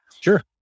Sure